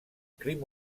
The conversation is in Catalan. crim